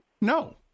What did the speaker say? no